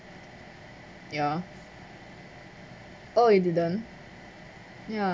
yeah oh you didn't ya